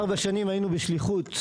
ארבע שנים היינו בשליחות,